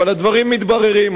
אבל הדברים מתבררים.